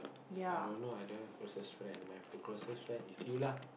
i don't know i don't have closest friend my closest friend is you lah